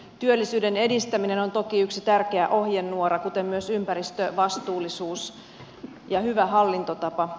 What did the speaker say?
työllisyyden edistäminen on toki yksi tärkeä ohjenuora kuten myös ympäristövastuullisuus ja hyvä hallintotapa